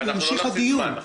ימשיך הדיון?